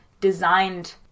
designed